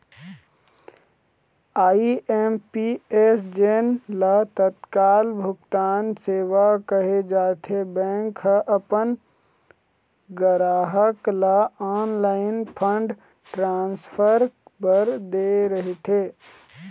IMPS जेन ल तत्काल भुगतान सेवा कहे जाथे, बैंक ह अपन गराहक ल ऑनलाईन फंड ट्रांसफर बर दे रहिथे